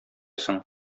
соң